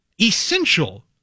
essential